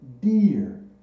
dear